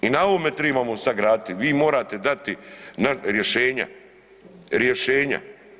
I na ovome tribamo sagraditi, vi morate dati rješenja, rješenja.